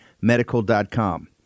Medical.com